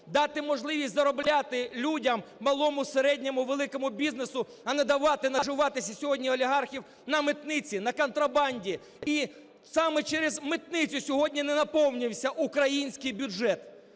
дати можливість заробляти людям, малому, середньому, великому бізнесу, а не давати наживатися сьогодні олігархам на митниці, на контрабанді. І саме через митницю сьогодні не наповнився українських бюджет.